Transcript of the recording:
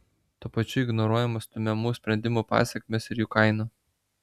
tuo pačiu ignoruojamos stumiamų sprendimų pasekmės ir jų kaina